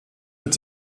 mit